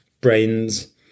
brains